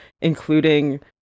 including